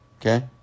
Okay